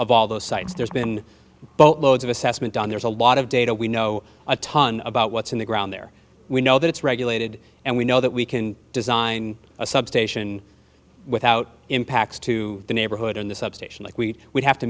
of all those sites there's been boatloads of assessment done there's a lot of data we know a ton about what's in the ground there we know that it's regulated and we know that we can design a substation without impacts to the neighborhood in the substation like we would have to